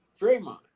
Draymond